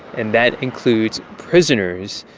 and that includes prisoners.